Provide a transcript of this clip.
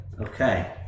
Okay